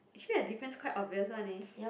actually their defense quite obvious one leh